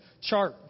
chart